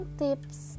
tips